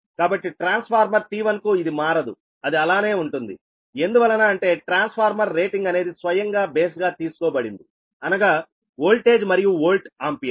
కాబట్టి transformer T1 కు ఇది మారదు అది అలానే ఉంటుంది ఎందువలన అంటే ట్రాన్స్ఫార్మర్ రేటింగ్ అనేది స్వయంగా బేస్ గా తీసుకోబడింది అనగా ఓల్టేజ్ మరియు వోల్ట్ ఆంపియర్